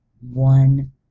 one